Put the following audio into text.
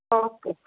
okay